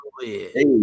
Hey